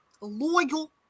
loyal